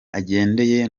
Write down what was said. agendeye